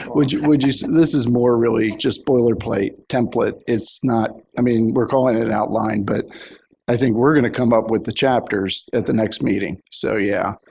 yeah. would you this is more really just boilerplate template. it's not i mean, we're calling it an outline. but i think we're going to come up with the chapters at the next meeting. so, yeah.